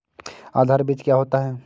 आधार बीज क्या होता है?